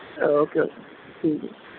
okay okay ਠੀਕ ਹੈ ਜੀ